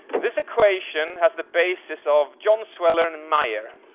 this equation has the basis of john sweller and mayer,